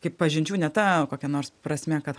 kaip pažinčių ne ta kokia nors prasme kad